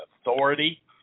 authority